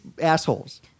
assholes